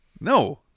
No